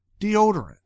deodorant